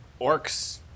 orcs